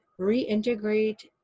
reintegrate